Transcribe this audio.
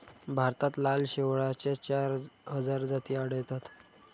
भारतात लाल शेवाळाच्या चार हजार जाती आढळतात